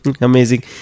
Amazing